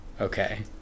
Okay